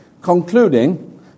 concluding